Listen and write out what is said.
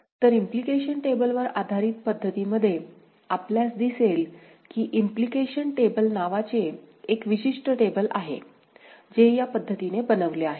तर implication table वर आधारित पद्धतीमध्ये आपल्यास दिसेल कि इम्प्लीकेशन टेबल नावाचे एक विशिष्ट टेबल आहे जे या पद्धतीने बनवले आहे